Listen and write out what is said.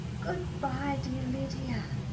good-bye, dear lydia,